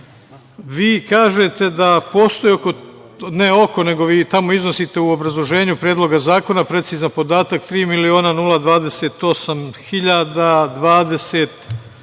Vi kažete da postoji ne oko, nego vi tamo iznosite u obrazloženju Predloga zakona precizan podatak tri miliona 028 hiljada, 20